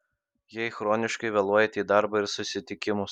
jei chroniškai vėluojate į darbą ir susitikimus